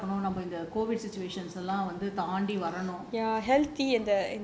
நல்லா நல்லா இருக்கணும் இந்த எல்லாம் தாண்டி வரணும்:nallaa nallaa irukkanum intha ellaam thaandi varanum